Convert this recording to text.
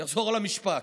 אני אחזור על המשפט: